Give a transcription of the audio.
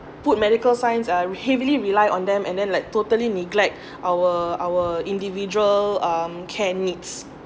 put medical science are heavily rely on them and then like totally neglect our our individual um care needs